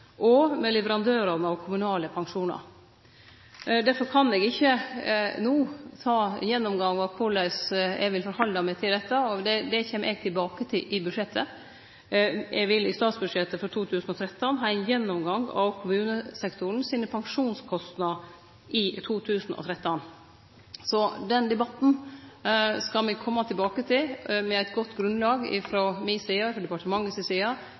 og med leverandørane av kommunale pensjonar. Derfor kan eg ikkje no ta ein gjennomgang av korleis eg vil stille meg til dette. Det kjem eg tilbake til i budsjettet. Eg vil i statsbudsjettet for 2013 ha ein gjennomgang av kommunesektoren sine pensjonskostnader i 2013. Så den debatten skal me kome tilbake til, med eit godt grunnlag frå mi side og frå departementet si side,